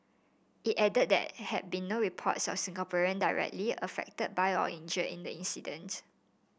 it added that he had been no reports of Singaporean directly affected by or injured in the incident